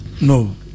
No